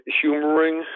humoring